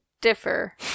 differ